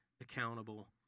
accountable